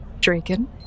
Draken